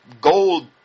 gold